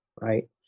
right